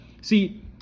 See